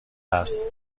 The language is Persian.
است